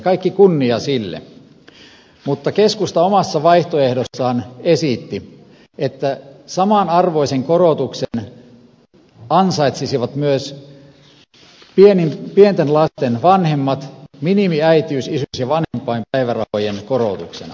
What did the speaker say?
kaikki kunnia sille mutta keskusta omassa vaihtoehdossaan esitti että samanarvoisen korotuksen ansaitsisivat myös pienten lasten vanhemmat minimiäitiys isyys ja vanhempainpäivärahojen korotuksena